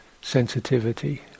sensitivity